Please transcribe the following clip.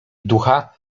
ducha